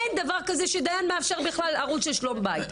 אין דבר כזה שדיין מאפשר בכלל ערוץ של שלום בית.